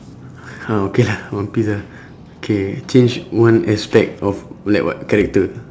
ah okay lah one piece ah okay change one aspect of like what character